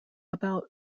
about